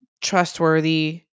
trustworthy